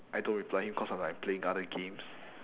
I don't reply him cause I'm like playing other games